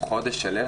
חודש שלם?